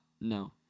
No